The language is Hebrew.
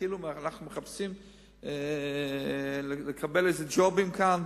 שכאילו אנחנו מחפשים לקבל איזה ג'ובים כאן,